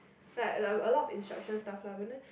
like like a lot of instruction stuff lah but then